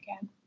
again